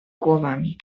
głowami